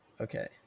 Okay